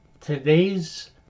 Today's